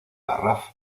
garraf